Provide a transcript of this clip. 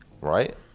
Right